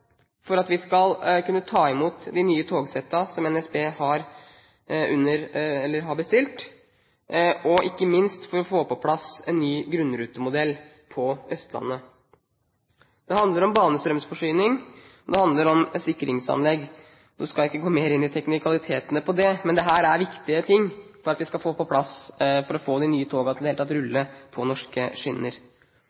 for at vi skal kunne ta imot de nye togsettene som NSB har bestilt, og ikke minst for å få på plass en ny grunnrutemodell på Østlandet. Det handler om banestrømforsyning og om sikringsanlegg. Jeg skal ikke gå mer inn i teknikalitetene på det, men dette er viktige ting for at vi i det hele tatt skal få de nye togene til å rulle på norske skinner. Så er det